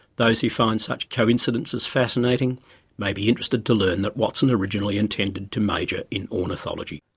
those who find such coincidences fascinating may be interested to learn that watson originally intended to major in ornithology.